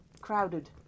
Crowded